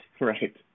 Right